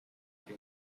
che